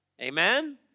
Amen